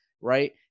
right